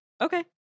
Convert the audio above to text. okay